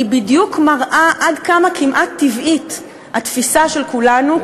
מראה בדיוק עד כמה כמעט טבעית התפיסה של כולנו,